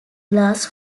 glass